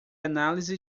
análise